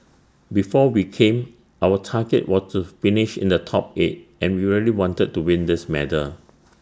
before we came our target was to finish in the top eight and we really wanted to win this medal